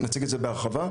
נציג את זה בהרחבה.